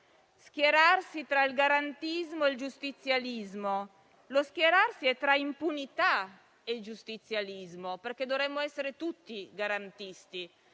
schieri tra garantismo e giustizialismo: lo schierarsi è tra impunità e giustizialismo, perché dovremmo essere tutti garantisti;